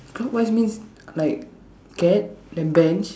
clockwise means like cat then bench